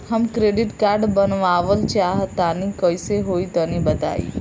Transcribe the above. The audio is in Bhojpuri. हम क्रेडिट कार्ड बनवावल चाह तनि कइसे होई तनि बताई?